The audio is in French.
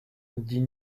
dit